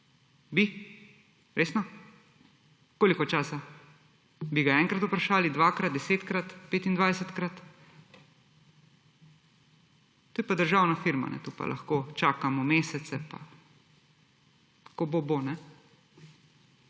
Bi resno? Koliko časa? Bi ga enkrat vprašali, dvakrat, desetkrat, petindvajsetkrat? To je pa državna firma, to pa lahko čakamo mesece, pa ko bo, bo.